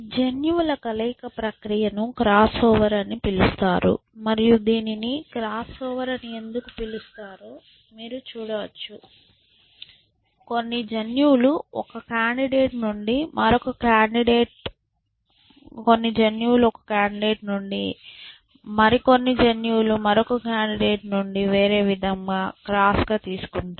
జన్యువుల కలయిక ప్రక్రియను క్రాస్ఓవర్ అని పిలుస్తారు మరియు దీనిని క్రాస్ ఓవర్ అని ఎందుకు పిలుస్తారో మీరు చూడవచ్చు కొన్ని జన్యువులు ఒక కాండిడేట్ నుండి మరొక కాండిడేట్ నుండి మరికొన్ని జన్యువులను వేరేవిధంగా క్రాస్ గా తీసుకుంటున్నాం